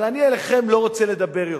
אבל אני אליכם לא רוצה לדבר יותר,